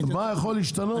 מה יכול להשתנות?